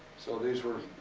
so these were,